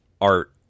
art